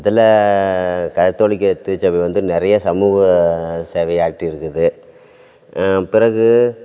அதில் கத்தோலிக்க திருச்சபை வந்து நிறைய சமூக சேவையாற்றி இருக்குது பிறகு